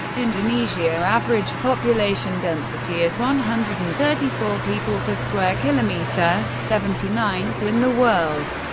indonesia average population density is one hundred and thirty four people per square kilometre, seventy ninth in the world,